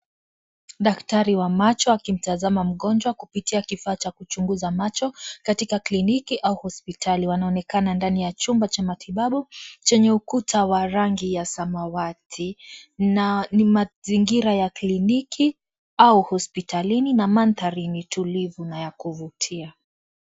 Daktari wa macho akimtazama mgonjwa kupitia kifaa cha kuchunguza macho katika kliniki au hospitali. Wanaonekana ndani ya chumba cha matibabu chenye ukuta wa rangi ya samawati na ni mazingira ya kliniki au hospitalini na mandhari ni tulivu na ya kuvutia.